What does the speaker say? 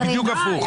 בדיוק הפוך.